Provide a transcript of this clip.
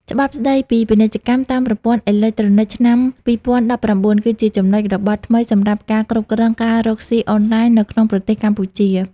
ច្បាប់ស្ដីពីពាណិជ្ជកម្មតាមប្រព័ន្ធអេឡិចត្រូនិកឆ្នាំ ២០១៩ គឺជាចំណុចរបត់ថ្មីសម្រាប់ការគ្រប់គ្រងការរកស៊ីអនឡាញនៅក្នុងប្រទេសកម្ពុជា។